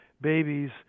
babies